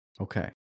Okay